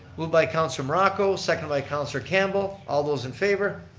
moved by councillor morocco, second by councillor campbell. all those in favor.